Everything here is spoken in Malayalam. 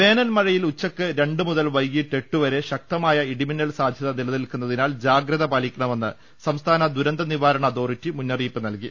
വേനൽമഴയിൽ ഉച്ചയ്ക്ക് രണ്ട് മുതൽ വൈകിട്ട് എട്ടുവരെ ശക്തമായ ഇടിമിന്നൽസാധ്യത നിലനിൽക്കുന്നതിനാൽ ജാഗ്രത പാലിക്കണമെന്ന് സംസ്ഥാന ദുരന്ത നിവാരണ അതോറിറ്റി മുന്ന റിയിപ്പ് നൽകി